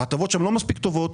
ההטבות שם לא מספיק טובות.